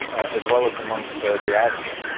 um as well as amongst the diaspora,